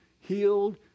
healed